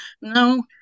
No